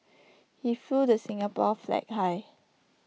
he flew the Singapore flag high